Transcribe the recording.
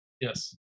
yes